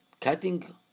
cutting